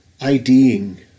IDing